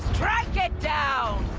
get down